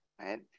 right